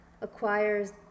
acquires